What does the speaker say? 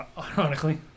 ironically